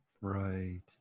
Right